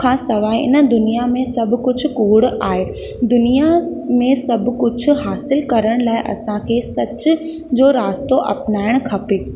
खां सवाइ इन दुनिया में सभु कुझु कूड़ु आहे दुनिया में सभु कुझु हासिल करण लाइ असांखे सच जो रास्तो अपनाइणु खपे